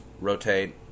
rotate